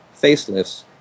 facelifts